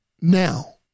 Now